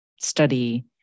study